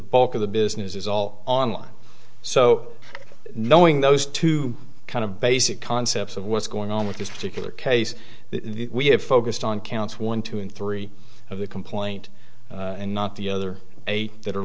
bulk of the business is all online so knowing those two kind of basic concepts of what's going on with this particular case the we have focused on counts one two in three of the complaint and not the other eight that are